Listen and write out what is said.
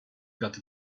got